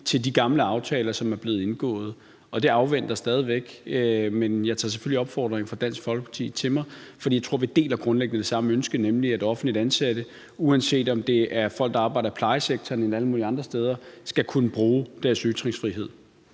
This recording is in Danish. til de gamle aftaler, som er blevet indgået, og det afventer man stadig væk. Men jeg tager selvfølgelig opfordringen fra Dansk Folkeparti til mig, for jeg tror, at vi grundlæggende deler det samme ønske, nemlig at offentligt ansatte, uanset om det er folk, der arbejder i plejesektoren eller alle mulige andre steder, skal kunne bruge deres ytringsfrihed.